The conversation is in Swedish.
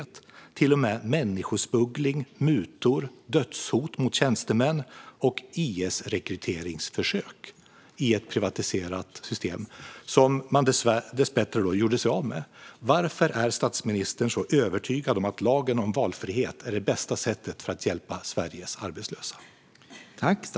Det förekom till och med människosmuggling, mutor, dödshot mot tjänstemän och IS-rekryteringsförsök - i ett privatiserat system som man dessbättre gjorde sig av med. Varför är statsministern så övertygad om att lagen om valfrihet är det bästa sättet att hjälpa Sveriges arbetslösa?